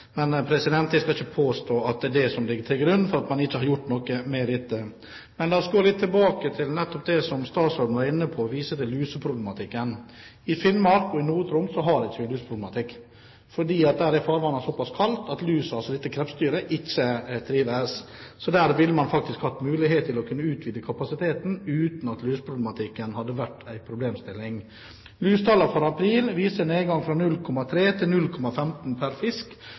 Men jeg skal ikke påstå at det er det som ligger til grunn for at man ikke har gjort noe med dette. La oss gå litt tilbake til det som statsråden nettopp var inne på, nemlig luseproblematikken. I Finnmark og i Nord-Troms har vi ikke luseproblematikk fordi farvannet der er såpass kaldt at lusa – altså dette krepsdyret – ikke trives. Så der ville man faktisk hatt mulighet til å utvide kapasiteten uten at det med lus hadde vært en problemstilling. Lusetallene for april viser en nedgang fra 0,3 til 0,15 pr. fisk,